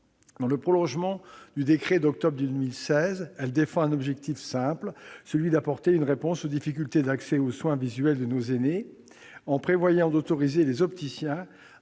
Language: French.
Dans le prolongement du décret d'octobre 2016, ce texte relève d'un objectif simple : apporter une réponse aux difficultés d'accès aux soins visuels de nos aînés, en prévoyant d'autoriser les opticiens